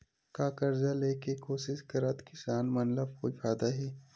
का कर्जा ले के कोशिश करात किसान मन ला कोई फायदा हे?